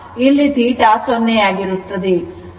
ಇಲ್ಲಿ θ ಸೊನ್ನೆಯಾಗಿರುತ್ತದೆ